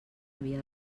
havia